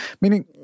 Meaning